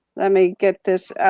lemme get this,